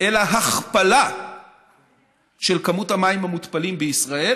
אלא הכפלה של כמות המים המותפלים בישראל